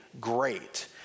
great